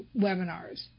webinars